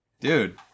dude